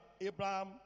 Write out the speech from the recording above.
Abraham